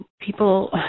people